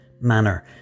manner